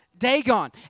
Dagon